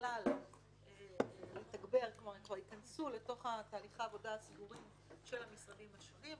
כלומר הן כבר ייכנסו לתוך תהליכי העבודה הסדורים של המשרדים השונים.